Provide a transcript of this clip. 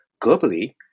Globally